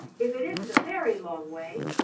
if it isn't a very long way.